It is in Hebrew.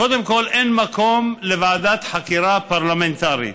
קודם כול, אין מקום לוועדת חקירה פרלמנטרית.